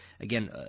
again